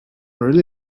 really